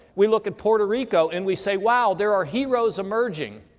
we look at puerto rico, and we say, wow there are heroes emerging.